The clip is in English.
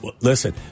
listen